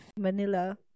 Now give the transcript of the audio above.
Manila